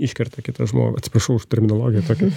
iškerta kitą žmogų atsiprašau už terminologiją tokių